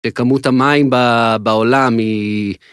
וכמות המים בעולם היא...